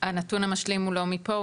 הנתון המשלים הוא לא מפה,